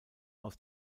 aus